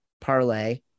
parlay